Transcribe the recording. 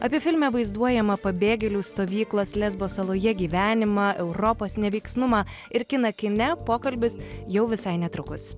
apie filme vaizduojama pabėgėlių stovyklas lesbos saloje gyvenimą europos neveiksnumą ir kiną kine pokalbis jau visai netrukus